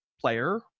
player